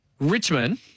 Richmond